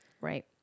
Right